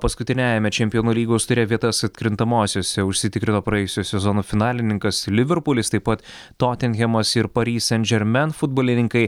paskutiniajame čempionų lygos ture vietas atkrintamosiose užsitikrino praėjusio sezono finalininkas liverpulis taip pat totinhemas ir pari sen žermen futbolininkai